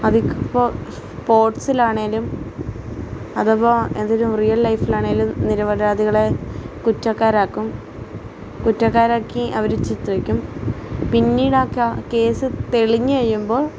അതിപ്പോൾ സ്പോര്ട്സിലാണേലും അഥവാ എന്തേലും റിയല് ലൈഫിലാണേലും നിരപരാധികളെ കുറ്റക്കാരാക്കും കുറ്റക്കാരാക്കി അവരെ ചിത്രികരിക്കും പിന്നീട് ആ കാ കേസ് തെളിഞ്ഞു കഴിയുമ്പോള്